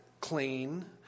clean